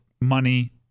money